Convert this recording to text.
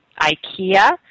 Ikea